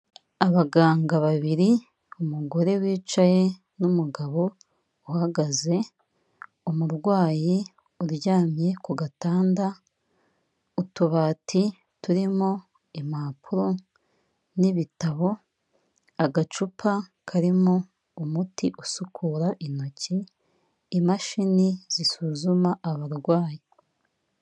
Abaganga babiri umugore wicaye n'umugabo uhagaze, umurwayi uryamye ku gatanda, utubati turimo impapuro n'ibitabo agacupa karimo umuti usukura intoki imashini zisuzuma abarwayi.